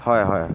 হয় হয়